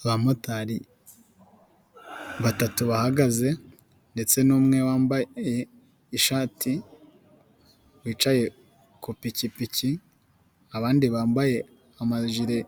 Abamotari batatu bahagaze, ndetse n'mwe wambaye ishati wicaye kupikipiki, abandi bambaye amajire